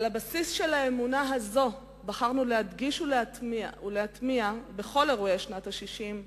על בסיס האמונה הזאת בחרנו להדגיש ולהטמיע בכל אירועי שנת ה-60,